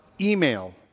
email